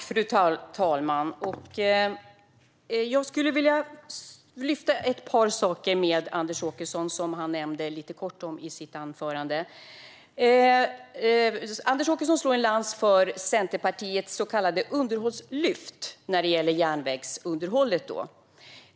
Fru talman! Jag skulle vilja ta upp ett par saker som Anders Åkesson lite kort nämnde i sitt anförande. Anders Åkesson slår ett slag för Centerpartiets så kallade underhållslyft när det gäller järnvägen.